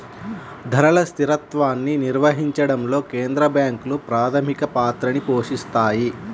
ధరల స్థిరత్వాన్ని నిర్వహించడంలో కేంద్ర బ్యాంకులు ప్రాథమిక పాత్రని పోషిత్తాయి